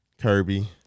kirby